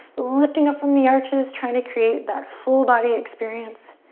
lifting up from the arches. trying to create that full body experience.